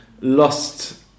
lost